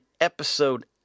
Episode